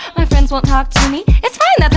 my friends won't talk to me, it's fine, that's